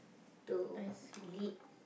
to lead